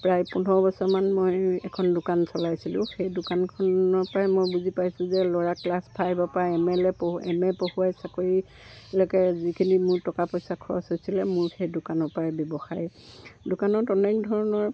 প্ৰায় পোন্ধৰ বছৰমান মই এখন দোকান চলাইছিলোঁ সেই দোকানখনৰ পৰাই মই বুজি পাইছোঁ যে ল'ৰা ক্লাছ ফাইভৰ পৰা এম এ লৈ পঢ়ো এম এ পঢ়ুৱাই চাকৰিলৈকে যিখিনি মোৰ টকা পইচা খৰচ হৈছিলে মোৰ সেই দোকানৰ পৰাই ব্যৱসায় দোকানত অনেক ধৰণৰ